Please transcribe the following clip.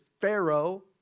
pharaoh